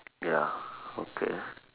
ya okay